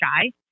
shy